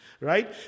right